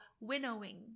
winnowing